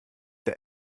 der